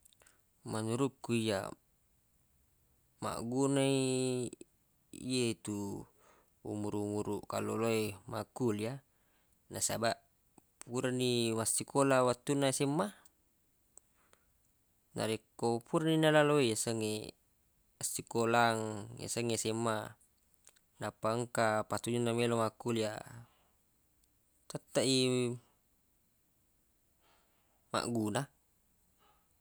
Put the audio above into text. Menurukku iyyaq maggunai yetu umuruq-umuruq kalloloe makkulia nasabaq purani massikola wettunna SMA narekko purani nalaloi essengngi assikolang yasengnge SMA nappa engka pattujunna melo makkulia tetteq i magguna.